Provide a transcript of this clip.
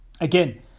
again